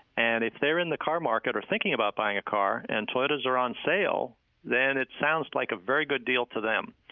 and if they're in the car market or thinking about buying a car, and toyotas are on sale then it sounds like a very good deal to them.